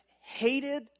hated